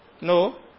No